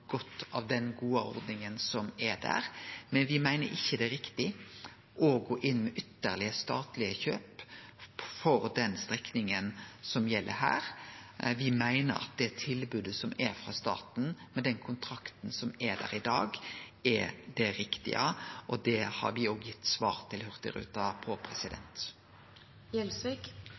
godt av den gode ordninga som er. Men me meiner det ikkje er riktig å gå inn med ytterlegare statlege kjøp for den strekninga som gjeld her. Me meiner at tilbodet frå staten – med den kontrakten som er der i dag – er det riktige, og det har me gitt svar på til